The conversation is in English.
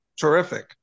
terrific